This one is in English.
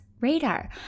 radar